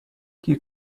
you